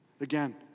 Again